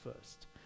first